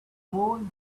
moon